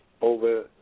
over